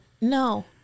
No